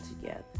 together